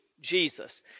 Jesus